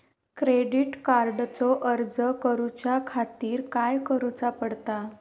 Credit कार्डचो अर्ज करुच्या खातीर काय करूचा पडता?